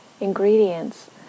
ingredients